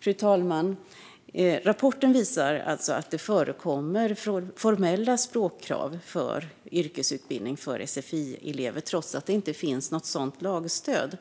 Fru talman! Rapporten visar alltså att det förekommer formella språkkrav för yrkesutbildning för sfi-elever, trots att det inte finns något sådant lagstöd.